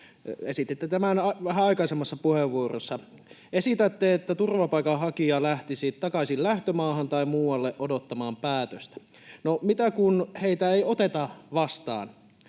Esititte tämän vähän aikaisemmassa puheenvuorossa. Esitätte, että turvapaikanhakija lähtisi takaisin lähtömaahan tai muualle odottamaan päätöstä. No, mitä kun heitä ei oteta vastaan?